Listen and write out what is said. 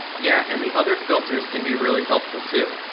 yeah and the other filters can be really helpful too.